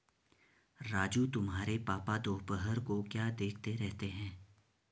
राजू तुम्हारे पापा दोपहर को क्या देखते रहते हैं?